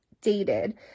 dated